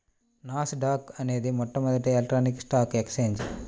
నాస్ dock అనేది మొట్టమొదటి electronic stock exchange